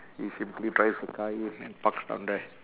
he simply drives the car in and parks down there